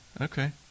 okay